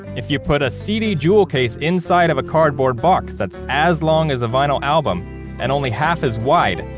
if you put a cd jewel case inside of a cardboard box, that's as long as a vinyl album and only half as wide,